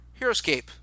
heroescape